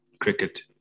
Cricket